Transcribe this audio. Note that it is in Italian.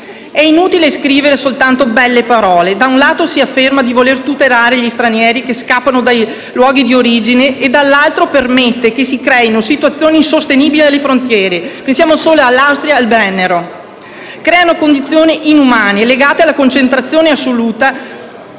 È inutile scrivere soltanto belle parole: da un lato si afferma di voler tutelare gli stranieri che scappano dai loro luoghi di origine e, dall'altro, si permette la nascita di situazioni insostenibili alle frontiere - pensiamo all'Austria e al Brennero - con condizioni inumane legate alla concentrazione assoluta